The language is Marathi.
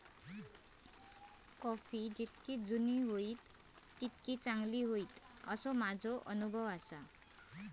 कॉफी जितकी जुनी होईत तितकी चांगली होईत, असो माझो अनुभव आसा